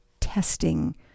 testing